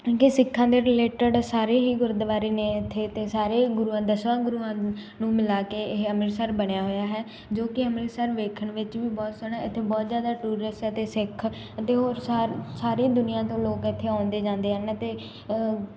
ਕਿ ਸਿੱਖਾਂ ਦੇ ਰਿਲੇਟਡ ਸਾਰੇ ਹੀ ਗੁਰਦੁਆਰੇ ਨੇ ਇੱਥੇ ਅਤੇ ਸਾਰੇ ਗੁਰੂਆਂ ਦਸਾਂ ਗੁਰੂਆਂ ਨੂੰ ਮਿਲਾ ਕੇ ਇਹ ਅੰਮ੍ਰਿਤਸਰ ਬਣਿਆ ਹੋਇਆ ਹੈ ਜੋ ਕਿ ਅੰਮ੍ਰਿਤਸਰ ਵੇਖਣ ਵਿੱਚ ਵੀ ਬਹੁਤ ਸੋਹਣਾ ਇੱਥੇ ਬਹੁਤ ਜ਼ਿਆਦਾ ਟੂਰਿਸਟ ਅਤੇ ਸਿੱਖ ਅਤੇ ਹੋਰ ਸਾਰ ਸਾਰੇ ਦੁਨੀਆ ਤੋਂ ਲੋਕ ਇੱਥੇ ਆਉਂਦੇ ਜਾਂਦੇ ਹਨ ਅਤੇ